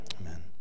Amen